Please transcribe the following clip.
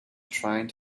trying